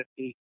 50